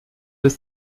ist